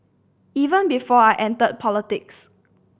even before I entered politics